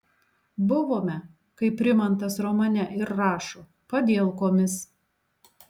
buvome kaip rimantas romane ir rašo padielkomis